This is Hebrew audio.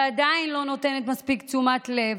ועדיין לא נותנת מספיק תשומת לב,